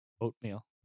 Oatmeal